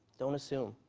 don't assume.